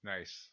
Nice